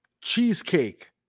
Cheesecake